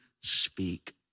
speak